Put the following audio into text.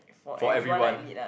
for everyone